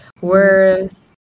worth